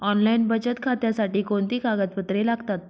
Online बचत खात्यासाठी कोणती कागदपत्रे लागतात?